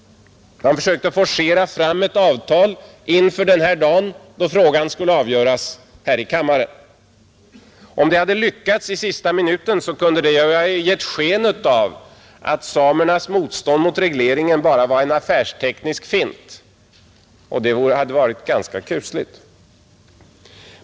Man försökte forcera fram ett avtal inför denna dag då frågan skulle avgöras här i kammaren. Om det hade lyckats i sista minuten, kunde det ha gett sken av att samernas motstånd mot regleringen bara var en affärsteknisk fint. Det hade varit ganska kusligt.